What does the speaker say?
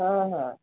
ହଁ ହଁ